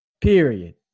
Period